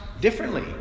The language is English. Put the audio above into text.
differently